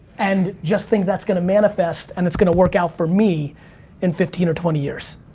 and just think that's gonna manifest, and it's gonna work out for me in fifteen or twenty years.